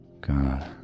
God